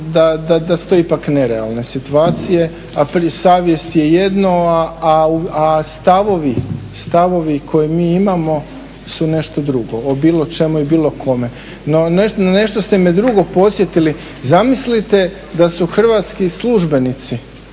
da su to ipak nerealne situacije, a savjest je jedno a stavovi koje mi imamo su nešto drugo, o bilo čemu i bilo kome. No, na nešto ste me drugo podsjetili, zamislite da su hrvatski službenici